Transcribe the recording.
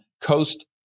coast